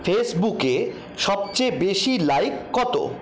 ফেসবুকে সবচেয়ে বেশি লাইক কত